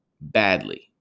badly